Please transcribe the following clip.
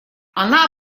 она